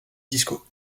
disco